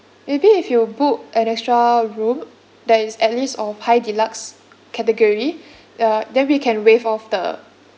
maybe if you book an extra room that is at least of high deluxe category uh then we can waive off the